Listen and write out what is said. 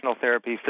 therapy